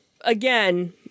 again